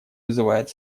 вызывает